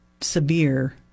severe